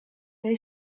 they